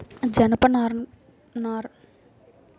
జనపనారను విస్తృత శ్రేణి ఉత్పత్తులను తయారు చేయడానికి ఉపయోగించవచ్చు